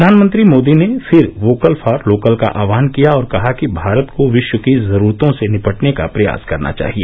प्रधानमंत्री मोदी ने फिर वोकल फॉर लोकल का आह्वान किया और कहा कि भारत को विश्व की जरूरतों से निपटने का प्रयास करना चाहिए